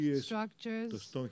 structures